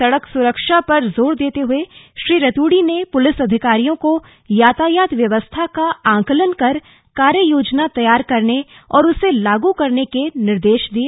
सड़क सुरक्षा पर जोर देते हुए श्री रतूड़ी ने पुलिस अधिकारियों को यातायात व्यवस्था का आंकलन कर कार्ययोजना तैयार करने और उसे लागू करने के निर्देश दिए